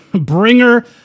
Bringer